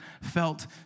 felt